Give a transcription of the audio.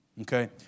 Okay